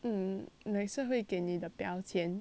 mm like 社会给你的标签